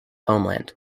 homeland